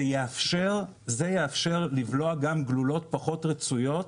זה יאפשר לבלוע גם גלולות פחות רצויות